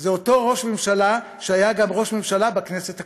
זה אותו ראש ממשלה שהיה גם ראש ממשלה בכנסת הקודמת,